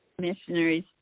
missionaries